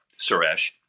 Suresh